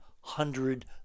hundred